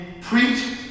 preach